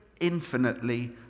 infinitely